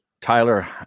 Tyler